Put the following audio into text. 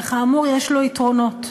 וכאמור, יש לו יתרונות.